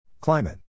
Climate